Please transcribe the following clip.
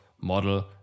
model